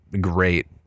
great